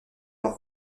leur